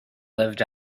lived